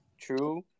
True